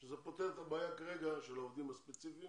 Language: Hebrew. שזה פותר את הבעיה כרגע של העובדים הספציפיים